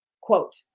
Quote